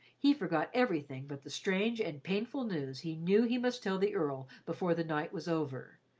he forgot everything but the strange and painful news he knew he must tell the earl before the night was over,